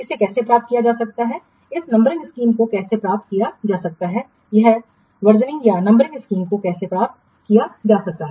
इसे कैसे प्राप्त किया जा सकता है इस नंबरिंग स्कीम को कैसे प्राप्त किया जा सकता है यह वर्जनिंग या नंबरिंग स्कीम को कैसे प्राप्त किया जा सकता है